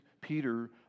peter